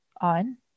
on